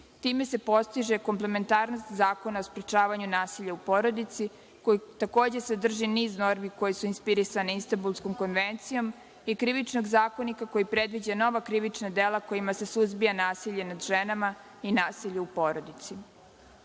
Time se postiže komplementarnost zakona o sprečavanju nasilja u porodici, koji takođe sadrži niz normi koje su inspirisane Instanbulskom konferencijom i Krivičnog zakonika koji predviđa nova krivična dela kojima se suzbija nasilje nad ženama i nasilje u porodici. Kod